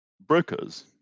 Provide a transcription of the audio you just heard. brokers